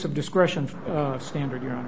of discretion for standard you know